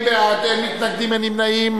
בעד, 40, אין מתנגדים ואין נמנעים.